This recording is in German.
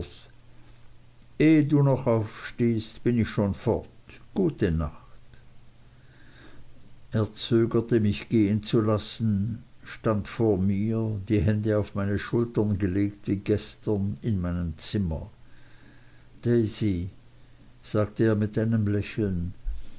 du noch aufstehst bin ich schon fort gute nacht er zögerte mich gehen zu lassen und stand vor mir die hände auf meine schultern gelegt wie gestern in meinem zimmer daisy sagte er mit einem lächeln